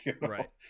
Right